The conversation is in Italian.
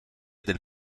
del